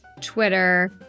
Twitter